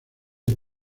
del